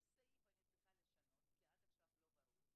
סעיף אני צריכה לשנות כי עד עכשיו זה לא ברור.